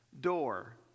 door